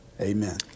amen